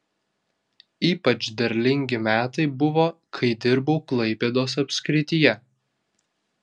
ypač derlingi metai buvo kai dirbau klaipėdos apskrityje